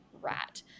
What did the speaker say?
rat